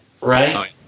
Right